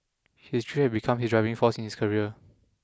his grief had become his driving force in his career